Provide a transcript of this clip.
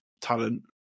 talent